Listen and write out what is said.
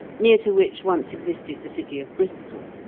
near to which once existed the city of bristol.